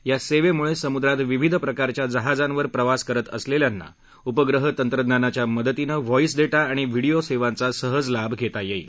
या सेवेमुळे समुद्रात विविध प्रकारच्या जहाजांवर प्रवास करत असलेल्यांना उपग्रह तंत्रज्ञानाच्या मदतीनं व्हॉईस डेटा आणि व्हिडियो सेवांचा सहज लाभ घेता येईल